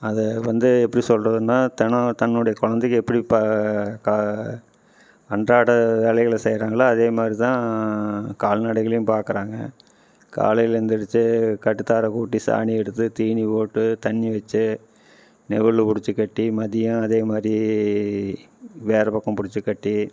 அதை வந்து எப்படி சொல்கிறதுன்னா தினோம் தன்னுடைய குழந்தைக்கு எப்படி இப்போ க அன்றாட வேலைகளை செய்கிறாங்களோ அதே மாதிரிதான் கால்நடைகளையும் பார்க்குறாங்க காலையில் எந்திரிச்சி கட்டு தார கூட்டி சாணி எடுத்து தீனி போட்டு தண்ணி வச்சி நெவுல்ல பிடிச்சி கட்டி மதியம் அதே மாதிரி வேற பக்கம் பிடிச்சி கட்டி